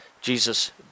Jesus